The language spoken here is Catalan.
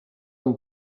amb